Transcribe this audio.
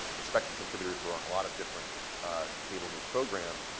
respected contributors, who were on a lot of different cable news programs,